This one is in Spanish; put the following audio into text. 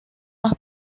más